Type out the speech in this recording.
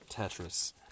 Tetris